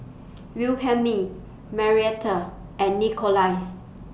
Wilhelmine Marietta and Nikolai